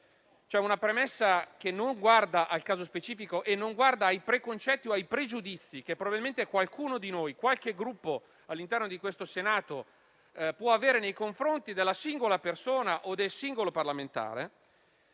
questa premessa non guarda al caso specifico o ai preconcetti o ai pregiudizi che probabilmente qualcuno di noi, qualche Gruppo all'interno di questo Senato, può avere nei confronti della singola persona o del singolo parlamentare.